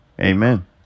Amen